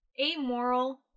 amoral